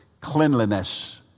cleanliness